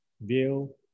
view